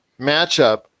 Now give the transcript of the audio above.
matchup